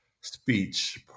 speech